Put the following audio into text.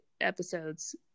episodes